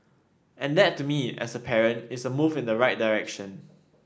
and that to me as a parent is a move in the right direction